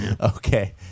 Okay